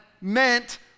meant